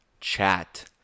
chat